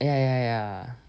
ya ya ya